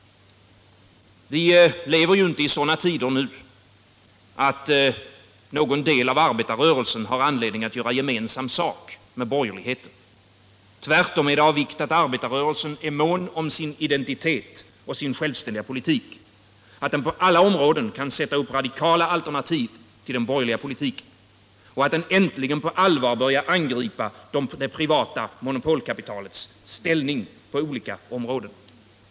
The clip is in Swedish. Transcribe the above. Vi lever inte i sådana tider att någon del av arbetarrörelsen bör göra gemensam sak med borgerligheten. Det är tvärtom av vikt att arbetarrörelsen är mån om sin identitet och sin självständiga politik, att den på alla områden kan sätta upp radikala alternativ till den borgerliga politiken och att den äntligen på allvar börjar angripa det privata monopolkapitalets ställning på olika områden.